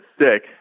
sick